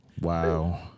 wow